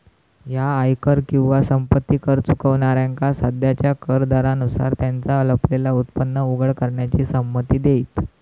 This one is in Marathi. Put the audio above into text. ह्या आयकर किंवा संपत्ती कर चुकवणाऱ्यांका सध्याच्या कर दरांनुसार त्यांचा लपलेला उत्पन्न उघड करण्याची संमती देईत